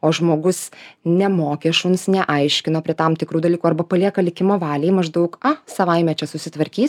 o žmogus nemokė šuns neaiškino prie tam tikrų dalykų arba palieka likimo valiai maždaug a savaime čia susitvarkys